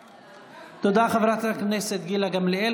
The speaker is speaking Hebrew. תודה, חברת הכנסת גילה גמליאל.